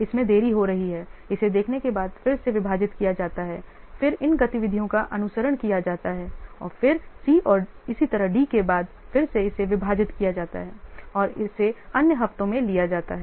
इसमें देरी हो रही है इसे देखने के बाद फिर से विभाजित किया जाता है फिर इन गतिविधियों का अनुसरण किया जाता है फिर C और इसी तरह D के बाद फिर से इसे विभाजित किया जाता है और इसे अन्य हफ्तों में लिया जाता है